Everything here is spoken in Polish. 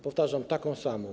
Powtarzam: taką samą.